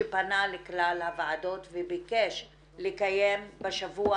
שפנה לכלל הוועדות וביקש לקיים בשבוע